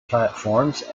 platforms